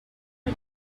are